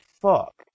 fuck